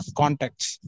contacts